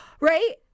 Right